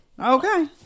okay